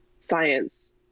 science